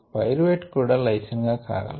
pyruvate కూడా lysine కాగలదు